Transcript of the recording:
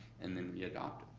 and then we adopt